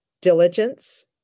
diligence